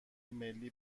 ملی